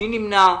מי נמנע?